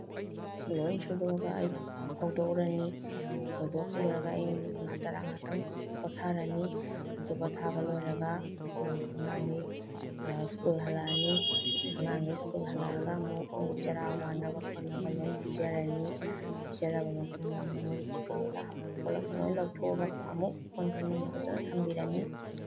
ꯂꯣꯏ ꯁꯨꯗꯣꯛꯑꯒ ꯑꯩ ꯐꯧꯗꯣꯛꯎꯔꯅꯤ ꯐꯧꯗꯣꯛꯄ ꯂꯣꯏꯔꯒ ꯑꯩ ꯃꯤꯅꯤꯠ ꯃꯉꯥ ꯇꯔꯥ ꯉꯥꯏꯍꯥꯛꯇꯪ ꯄꯣꯊꯥꯔꯅꯤ ꯑꯗꯨ ꯄꯣꯊꯥꯕ ꯂꯣꯏꯔꯒ ꯑꯉꯥꯡꯈꯩ ꯁ꯭ꯀꯨꯜ ꯍꯜꯂꯛꯑꯅꯤ ꯑꯉꯥꯡꯈꯩ ꯁ꯭ꯀꯨꯜ ꯍꯜꯂꯛꯑꯒ ꯑꯃꯨꯛ ꯃꯣꯏꯒꯤ ꯆꯔꯥ ꯋꯥꯟꯅꯕ ꯈꯣꯠꯅꯕ ꯂꯣꯏ ꯄꯤꯖꯔꯅꯤ ꯄꯤꯖꯔꯕ ꯃꯇꯨꯡꯗ ꯑꯃꯨꯛ ꯃꯣꯏꯒꯤ ꯇꯤꯐꯤꯟ ꯀꯩꯀꯥ ꯍꯥꯞꯄ ꯈꯣꯠꯄ ꯂꯣꯏ ꯂꯧꯊꯣꯛꯑꯒ ꯑꯃꯨꯛ ꯀꯣꯟ ꯐꯦꯡꯐꯝꯗ ꯐꯖꯅ ꯊꯝꯕꯤꯔꯅꯤ